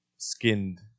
skinned